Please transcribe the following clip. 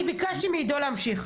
אני ביקשתי מעידו להמשיך.